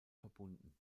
verbunden